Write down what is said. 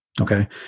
okay